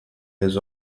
his